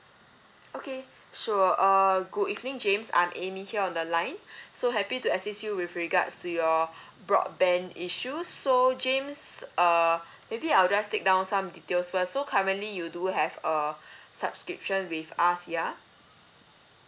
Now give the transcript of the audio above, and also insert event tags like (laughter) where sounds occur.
okay sure uh good evening james I'm amy here on the line (breath) so happy to assist you with regards to your (breath) broadband issues so james err maybe I'll just take down some details first so currently you do have a (breath) subscription with us ya